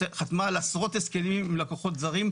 חתמה על עשרות הסכמים עם לקוחות זרים,